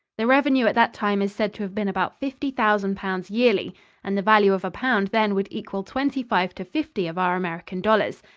the revenue at that time is said to have been about fifty thousand pounds yearly and the value of a pound then would equal twenty-five to fifty of our american dollars.